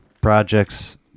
projects